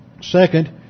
second